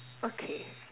okay